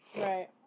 Right